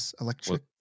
electric